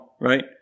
right